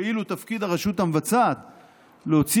ואילו תפקיד הרשות המבצעת היא להוציא